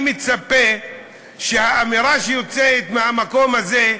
אני מצפה שהאמירה שיוצאת מהמקום הזה,